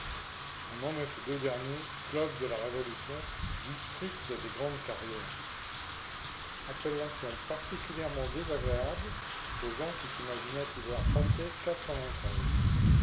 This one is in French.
on nommait ces deux derniers clubs de la révolution district des grandes carrières appellation particulièrement désagréable aux gens qui s'imaginaient y voir passer